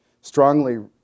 strongly